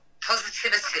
Positivity